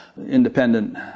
independent